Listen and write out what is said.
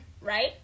right